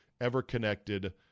ever-connected